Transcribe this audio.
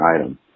item